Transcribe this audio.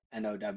NOW